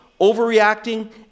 overreacting